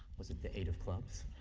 was it the eight of clubs?